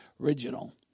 original